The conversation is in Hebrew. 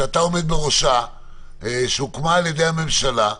בראשה ושהוקמה על-ידי הממשלה.